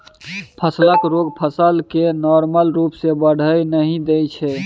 फसलक रोग फसल केँ नार्मल रुप सँ बढ़य नहि दैत छै